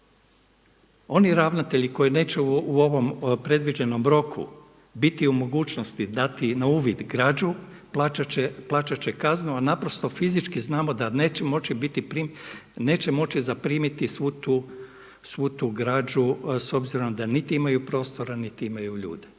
Oni ravnatelji koji neće u ovom predviđenom roku biti u mogućnosti dati na uvid građu, plaćat će kaznu, a naprosto fizički znamo da neće moći zaprimiti svu tu građu s obzirom da niti imaju prostora, niti imaju ljude.